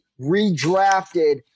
redrafted